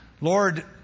Lord